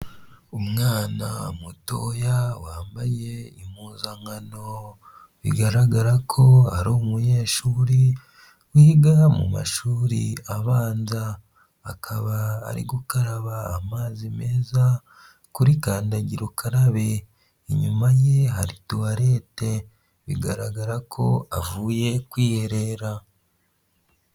Umwana mutoya wambaye impuzankano bigaragara ko ari umunyeshuri wiga mu mashuri abanza, akaba ari gukaraba amazi meza kuri kandagira ukarabe, inyuma ye hari tuwalete bigaragara ko avuye kwiherera.